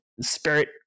spirit